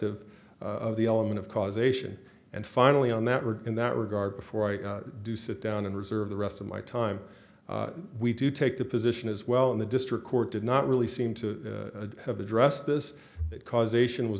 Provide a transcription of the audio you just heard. of the element of causation and finally on that road in that regard before i do sit down and reserve the rest of my time we do take the position as well in the district court did not really seem to have addressed this causation was